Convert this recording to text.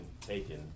taken